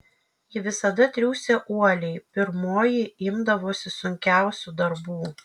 ji visada triūsė uoliai pirmoji imdavosi sunkiausių darbų